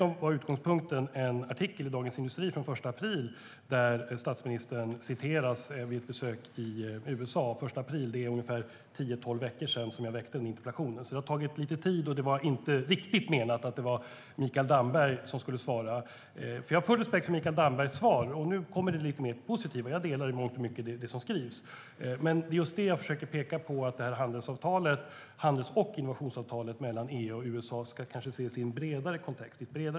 Min utgångspunkt var en artikel i Dagens Industri från den 1 april, där statsministern citeras vid ett besök i USA, och det var alltså tio tolv veckor sedan jag väckte min interpellation. Det har tagit lite tid, och det var inte riktigt meningen att Mikael Damberg skulle svara. Jag har full respekt för Mikael Dambergs svar, och nu kommer det lite mer positiva. Jag delar i mångt och mycket det som sägs, men just det jag försöker peka på, att det här handels och innovationsavtalet kanske ska ses i en bredare kontext.